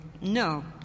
No